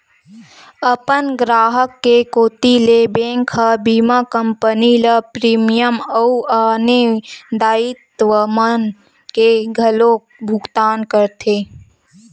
अपन गराहक के कोती ले बेंक ह बीमा कंपनी ल प्रीमियम अउ आने दायित्व मन के घलोक भुकतान करथे